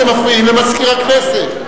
אתם מפריעים למזכיר הכנסת.